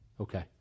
Okay